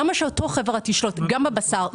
למה שאותה חברה תשלוט גם בבשר,